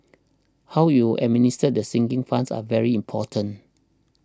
how you administer the sinking funds are very important